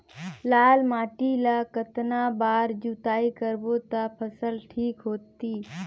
लाल माटी ला कतना बार जुताई करबो ता फसल ठीक होती?